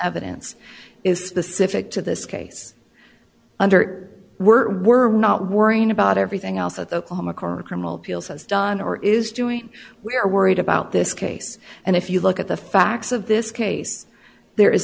evidence is specific to this case under we're not worrying about everything else that oklahoma coroner criminal appeals has done or is doing we are worried about this case and if you look at the facts of this case there is